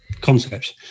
concepts